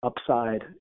upside